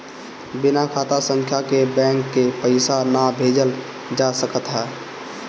बिना खाता संख्या के बैंक के पईसा ना भेजल जा सकत हअ